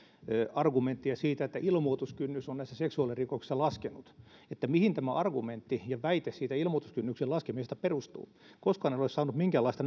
argumenttia siitä että ilmoituskynnys on näissä seksuaalirikoksissa laskenut olen kysynyt mihin tämä argumentti ja väite siitä ilmoituskynnyksen laskemisesta perustuu koskaan en ole saanut minkäänlaista